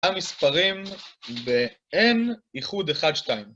‫המספרים ב-N, ייחוד 1-2.